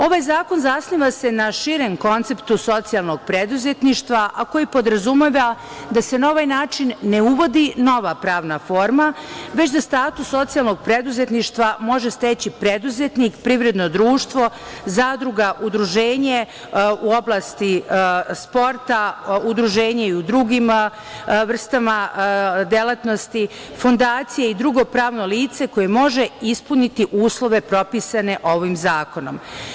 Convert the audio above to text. Ovaj zakon zasniva se na širem konceptu socijalnog preduzetništva, a koji podrazumeva da se na ovaj način ne uvodi nova pravna forma, već da status socijalnog preduzetništva može steći preduzetnik, privredno društvo, zadruga, udruženje u oblasti sporta, udruženje i u drugim vrstama delatnosti, fondacije i drugo pravno lice koje može ispuniti uslove propisane ovim zakonom.